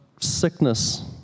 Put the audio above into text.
sickness